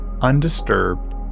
undisturbed